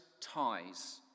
ties